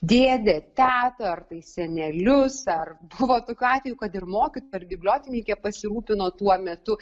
dėdę tetą ar tai senelius ar buvo tokių atvejų kad ir mokytoja ir bibliotekininkė pasirūpino tuo metu